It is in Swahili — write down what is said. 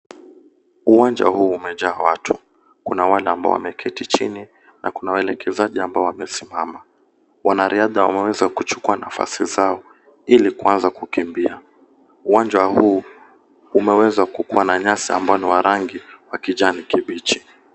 Uwanja huu umejaa watu. Kuna wale ambao wameketi chini na kuna waelekezaji ambao wamesimama. Wanariadha wameweza kuchukua nafasi zao ili kuanza kukimbia. Uwanja huu umeweza kukuwa na nyasi ambayo ni wa rangi wa kijani kibichi.